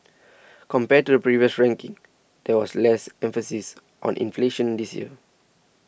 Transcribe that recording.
compared to the previous rankings there was less emphasis on inflation this year